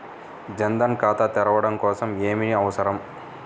జన్ ధన్ ఖాతా తెరవడం కోసం ఏమి అవసరం?